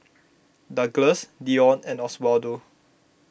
Douglass Dionne and Oswaldo